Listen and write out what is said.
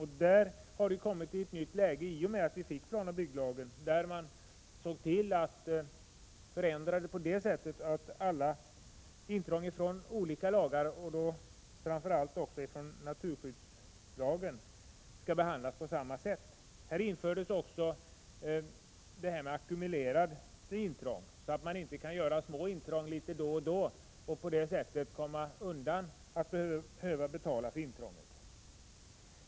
Dessa har kommit i ett nytt läge genom planoch bygglagen, i och med att alla intrång med stöd av olika lagar, framför allt naturskyddslagen, skall behandlas på samma sätt. Här infördes också begreppet ackumulerat intrång, för att man inte skall kunna göra små intrång då och då för att på det sättet komma undan att behöva betala för intrången.